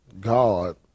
God